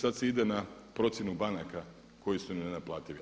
Sada se ide na procjenu banaka koji su nenaplativi.